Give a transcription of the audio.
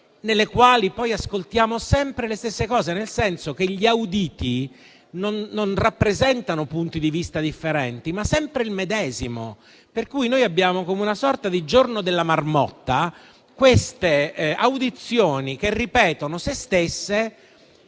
nelle quali poi ascoltiamo sempre le stesse cose, nel senso che gli auditi rappresentano punti di vista non differenti, ma sempre il medesimo. Per cui noi abbiamo come una sorta di giorno della marmotta, con audizioni che ripetono sé stesse.